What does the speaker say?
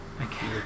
Okay